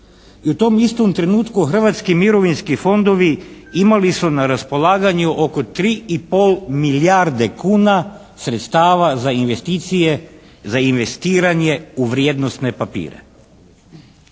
i u tom istom trenutku hrvatski mirovinski fondovi imali su na raspolaganju oko 3 i pol milijarde kuna sredstava za investicije, za investiranje u vrijednosne papire.